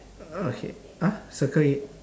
okay !huh! circle it